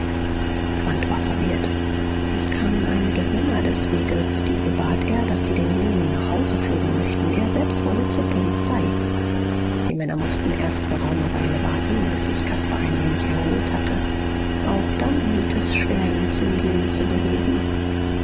war verwirrt es kamen einige männer des weges diese bat er daß sie den jüngling nach hause führen möchten er selbst wolle zur polizei die männer mußten erst geraume weile warten bis sich caspar ein wenig erholt hatte auch dann hielt es schwer ihn zum gehen zu bewegen